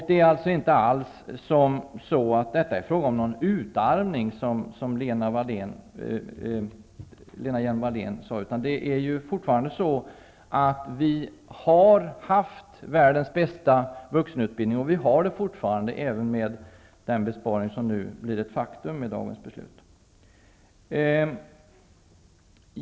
Det är inte alls så att det är fråga om någon utarmning, som Lena Hjelm-Wallén sade. Vi har haft världens bästa vuxenutbildning, och vi har det fortfarande, även med den besparing som nu blir ett faktum med dagens beslut.